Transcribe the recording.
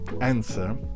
answer